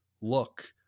look